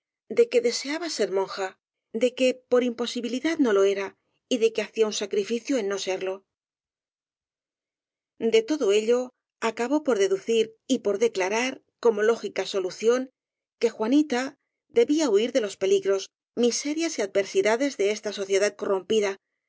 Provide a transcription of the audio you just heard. de que deseaba ser monja de que por imií posibilidad no lo era y de que hacía un sacrificio en no serlo de todo ello acabó por deducir y por declarar como lógica solución que juanita debía huir de los peligros miserias y adversidades de esta sociedad corrompida